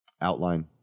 outline